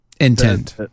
Intent